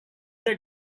the